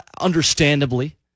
understandably